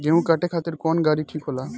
गेहूं काटे खातिर कौन गाड़ी ठीक होला?